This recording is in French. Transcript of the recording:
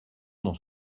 dans